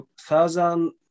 thousand